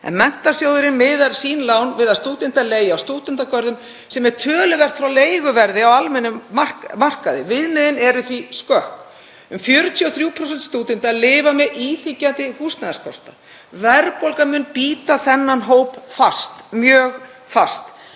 en Menntasjóður miðar sín lán við að stúdentar leigi á stúdentagörðum sem er töluvert frá leiguverði á almennum markaði. Viðmiðin eru því skökk. Um 43% stúdenta lifa við íþyngjandi húsnæðiskostnað. Verðbólgan mun bíta þennan hóp fast, mjög fast.